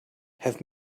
have